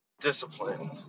discipline